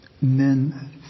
Men